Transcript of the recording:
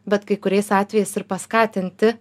bet kai kuriais atvejais ir paskatinti